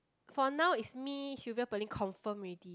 for now is me Sylvia Pearlyn confirmed already